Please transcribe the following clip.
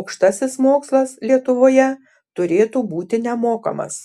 aukštasis mokslas lietuvoje turėtų būti nemokamas